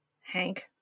Hank